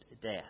death